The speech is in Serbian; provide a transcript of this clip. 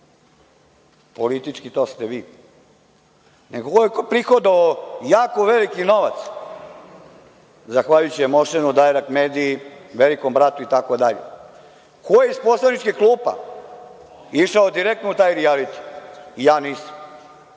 politički to ste vi, nego ko je prihodovao jako veliki novac zahvaljujući Emoušnu, Dajrek mediji, Velikom bratu itd. Ko je iz poslaničkih klupa išao direktno u taj rijaliti? Ja nisam.